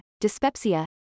dyspepsia